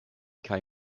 kaj